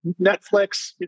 Netflix